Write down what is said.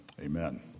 Amen